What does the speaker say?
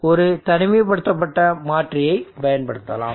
ஒரு தனிமைப்படுத்தப்பட்ட மாற்றியை பயன்படுத்தலாம்